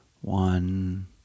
one